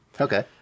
Okay